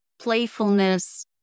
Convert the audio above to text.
playfulness